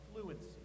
fluency